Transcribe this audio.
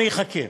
אני אחכה,